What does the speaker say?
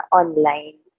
online